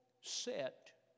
set